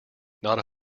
not